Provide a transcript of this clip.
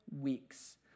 weeks